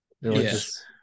Yes